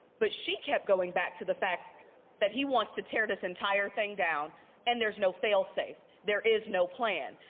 but she kept going back to the fact that he wants to tear this entire thing down and there's no failsafe. there is no plan,